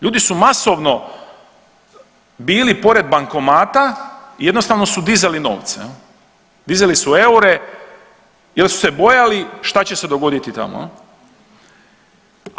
Ljudi su masovno bili pored bankomata i jednostavno su dizali novce jel, dizali su eure jel su se bojali šta će se dogoditi tamo jel.